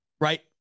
Right